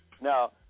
Now